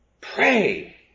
Pray